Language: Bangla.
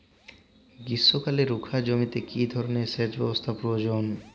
গ্রীষ্মকালে রুখা জমিতে কি ধরনের সেচ ব্যবস্থা প্রয়োজন?